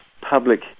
public